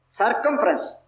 circumference